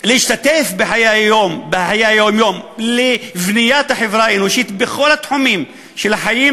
להשתתף בחיי היום-יום בבניית החברה האנושית בכל התחומים של החיים,